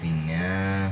പിന്നെ